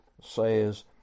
says